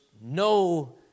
no